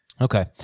Okay